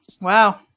Wow